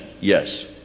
yes